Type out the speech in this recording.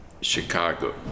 Chicago